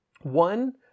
One